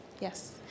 Yes